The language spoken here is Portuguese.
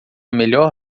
melhor